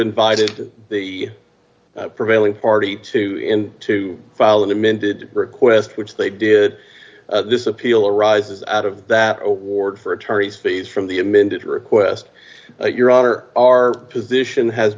invited the prevailing party to to file an amended request which they did this appeal arises out of that award for attorney's fees from the amended request your honor our position has